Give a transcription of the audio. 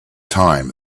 time